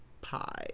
pie